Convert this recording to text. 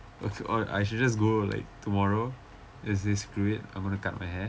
of or I should just go like tomorrow let's just screw it I'm gonna cut my hair